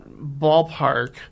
ballpark